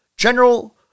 General